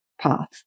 path